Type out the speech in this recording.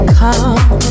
come